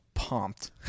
pumped